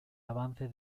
avance